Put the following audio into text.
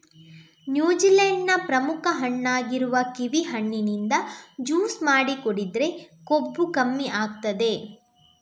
New Zealand ನ ಪ್ರಮುಖ ಹಣ್ಣಾಗಿರುವ ಕಿವಿ ಹಣ್ಣಿನಿಂದ ಜ್ಯೂಸು ಮಾಡಿ ಕುಡಿದ್ರೆ ಕೊಬ್ಬು ಕಮ್ಮಿ ಆಗ್ತದೆ